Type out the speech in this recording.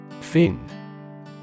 Fin